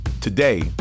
Today